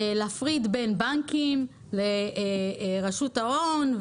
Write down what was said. להפריד בין בנקים לרשות ההון,